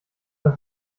das